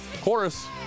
Chorus